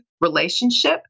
relationship